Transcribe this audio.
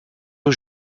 aux